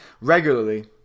regularly